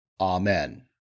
Amen